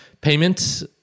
payment